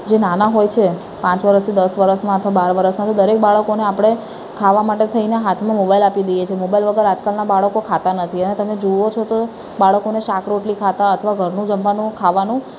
જે નાના હોય છે પાંચ વર્ષથી દસ વર્ષમાં અથવા બાર વર્ષના તો દરેક બાળકોને આપણે ખાવા માટે થઈને હાથમાં મોબાઈલ આપી દઈએ છીએ મોબાઈલ વગર આજકાલનાં બાળકો ખાતાં નથી અને તમે જુઓ છો તો બાળકોને શાક રોટલી ખાતાં અથવા ઘરનું જમવાનું ખાવાનું